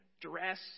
dress